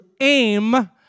aim